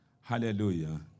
Hallelujah